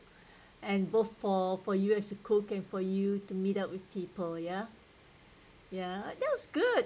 and both for for you as a cook and for you to meet up with people ya ya that was good